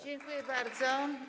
Dziękuję bardzo.